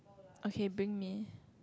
okay bring me